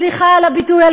סליחה על הביטוי,